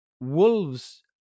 wolves